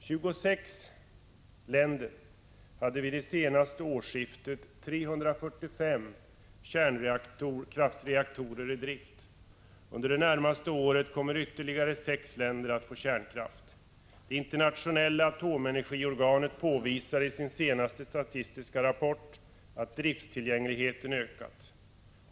26 länder hade vid senaste årsskiftet 345 kärnkraftsreaktorer i drift. Under det närmaste året kommer ytterligare sex länder att få kärnkraft. Det internationella atomenergiorganet påvisar i sin senaste statistiska rapport att driftstillgängligheten ökat.